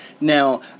Now